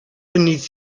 beneath